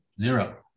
Zero